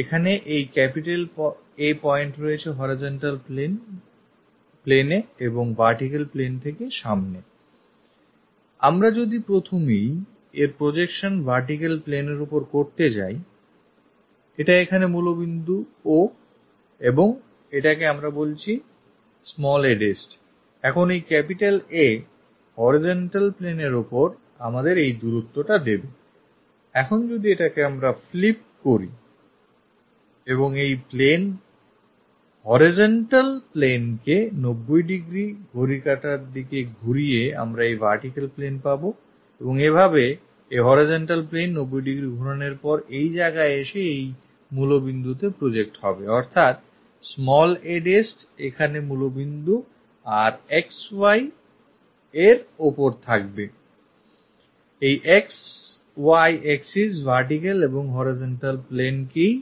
এখানে এই A point রয়েছে horizontal plane এবং vertical plane থেকে সামনেI আমরা যদি প্রথমেই এর projection vertical planeএর উপর করতে চাই I এটা এখানে মূলবিন্দু o এবং এটাকে আমরা বলছিa'I এখন এই capitalA horizontal plane এর উপর আমাদের এই দূরত্বটা দেবেI এখন যদি এটাকে আমরা flip পরি এবং এই plane horizontal planeকে 90° ঘড়ির কাটার দিকে ঘোরে আমরা এই vertical plane পাবো এভাবে আর এই horizontal plane 90° ঘোরানোর পর এই জায়গায় এসে এই মূল্য বিন্দুতে project হবেI অর্থাৎ a' এখানে মূলবিন্দু আর XY planeএর উপর থাকবেI X Y axis vertical এবং horizontal plane কেই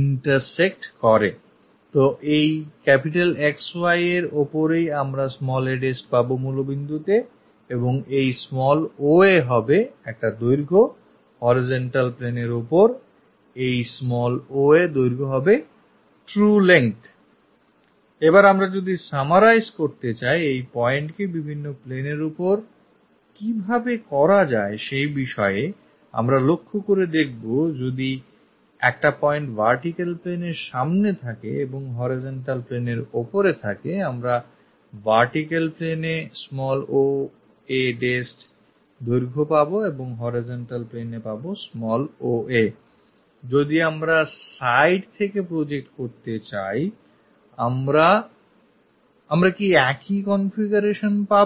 intersect করেI তো এই XY ওপরেই আমরা a' পাব মুলো বিন্দুতে এবং এই oa হবে একটা দৈর্ঘ্যI Horizontal planeএর উপর এই oa দৈর্ঘ্য true length I এবার আমরা যদি summarize করতে চাই এই pointকে বিভিন্ন প্লেনের উপর কিভাবে করা যায় সেই বিষয়ে আমরা লক্ষ্য করে দেখব যদি একটা point vertical planeএর সামনে থাকে এবং horizontal planeএর উপরে থাকে আমরা vertical planeএ oa' দৈর্ঘ্য পাব আর horizontal planeএ পাব oaI যদি আমরা side থেকে project করতে চাই আমরা কি একই configuration পাব